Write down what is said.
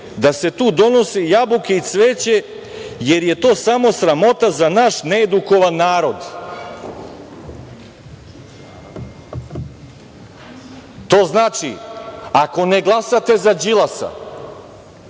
da se tu donose jabuke i cveće, jer je to samo sramota za naš needukovan narod. To znači - ako ne glasate za Đilasa,